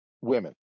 women